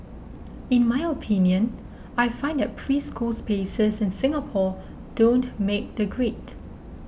in my opinion I find that preschool spaces in Singapore don't make the grade